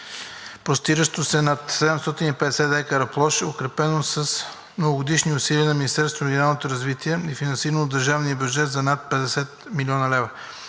простиращо се на над 750 декара площ, е укрепено с многогодишни усилия на Министерството на регионалното развитие и финансирано от държавния бюджет за над 50 млн. лв.